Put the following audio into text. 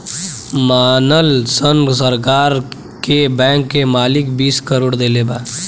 मानल सन सरकार के बैंक के मालिक बीस करोड़ देले बा